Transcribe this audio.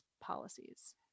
policies